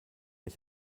ich